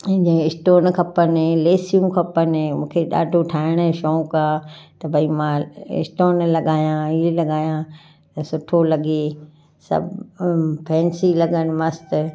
ऐं जे स्टॉन खपनि लेसियूं खपनि मूंखे ॾाढो ठाहिण यो शौक़ु आहे त भई मां स्टॉन लॻायां ईअं लॻायां त सुठो लॻे सभु फेन्सी लॻनि मस्तु